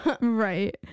Right